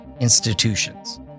institutions